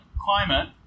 climate